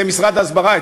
זה משרד ההסברה.